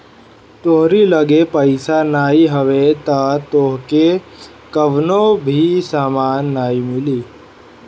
तोहरी लगे पईसा नाइ हवे तअ तोहके कवनो भी सामान नाइ मिली